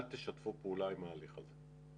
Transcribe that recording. אל תשתפו פעולה עם ההליך הזה.